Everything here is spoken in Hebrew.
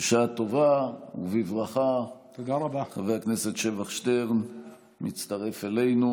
בשעה טובה ובברכה חבר הכנסת שבח שטרן מצטרף אלינו.